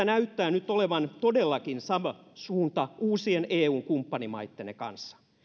näyttää nyt olevan todellakin sama suunta uusien eun kumppanimaittenne kanssa